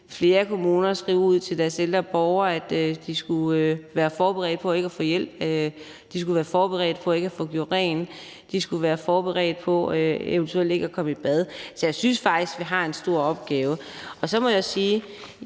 flere kommuner skrive ud til deres ældre borgere, at de skulle være forberedt på ikke at få hjælp; de skulle være forberedt på ikke at få gjort rent; de skulle være forberedt på eventuelt ikke at komme i bad. Så jeg synes faktisk, at vi har en stor opgave. Jeg er